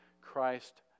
Christ